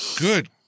Good